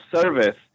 service